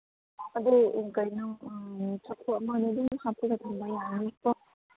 ꯑꯗꯨ ꯀꯩꯅꯣ ꯆꯐꯨ ꯑꯃꯗ ꯑꯗꯨꯝ ꯍꯥꯞꯆꯤꯜꯂ ꯊꯝꯕ ꯌꯥꯒꯅꯤꯀꯣ